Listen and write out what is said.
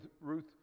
Ruth